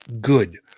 good